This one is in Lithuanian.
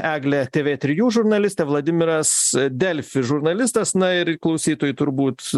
eglė tv trijų žurnalistė vladimiras delfi žurnalistas na ir klausytojai turbūt